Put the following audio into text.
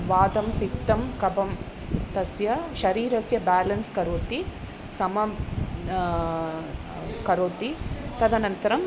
वातं पित्तं कफं तस्य शरीरस्य बालेन्स् करोति समं करोति तदनन्तरम्